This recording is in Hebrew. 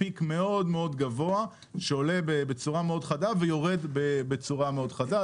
פיק מאוד גבוה שעולה בצורה מאוד חדה ויורד בצורה מאוד חדה.